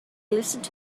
listened